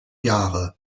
jahre